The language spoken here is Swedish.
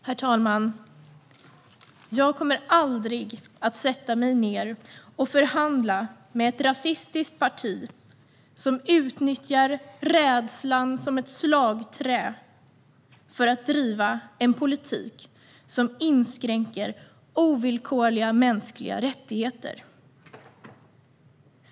Herr talman! Jag kommer aldrig att sätta mig ned och förhandla med ett rasistiskt parti som utnyttjar rädslan som ett slagträ för att driva en politik som inskränker ovillkorliga mänskliga rättigheter.